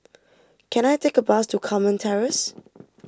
can I take a bus to Carmen Terrace